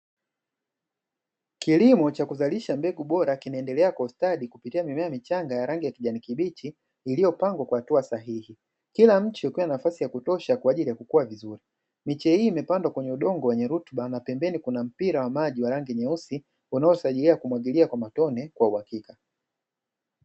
Kilimo cha kuzalisha mbegu bora kinaendelea kwa ustadi kupitia mimea michanga ya rangi ya kijani kibichi iliyopangwa kwa hatua sahihi, kila mche ukiwa na nafasi ya kutosha kwa ajili ya kukua vizuri, miche hii imepandwa kwenye udongo wenye rutuba na pembeni kuna mpira wa maji wa rangi nyeusi unaosaidia kumwagilia kwa matone kwa uhakika.